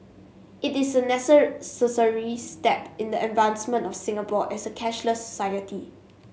it is a step in the advancement of Singapore as a cashless society